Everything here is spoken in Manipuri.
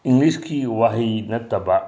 ꯏꯪꯂꯤꯁꯀꯤ ꯋꯥꯍꯩ ꯅꯠꯇꯕ